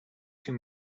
too